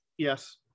Yes